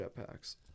jetpacks